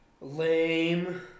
Lame